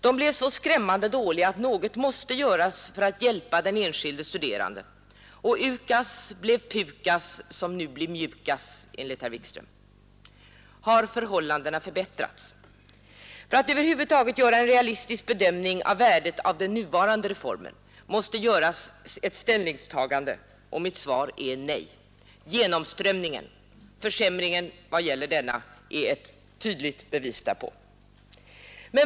De blev så skrämmande dåliga att något måste göras för att hjälpa den enskilde studeranden, och UKAS blev PUKAS, som nu enligt herr Wikström blir MJUKAS. Har förhållandena förbättrats? För att över huvud taget göra en realistisk bedömning av värdet av den nuvarande reformen måste man göra ett ställningstagande, och mitt svar är nej. Genomströmningen och försämringen av studieresultaten är ett tydligt bevis därpå.